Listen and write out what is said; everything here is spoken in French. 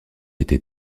été